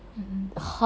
mmhmm